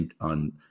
on